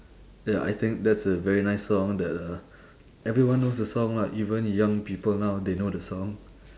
ya I think that's a very nice song that uh everyone knows the song lah even young people now they know the song